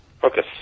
Focus